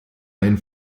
ein